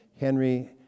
Henry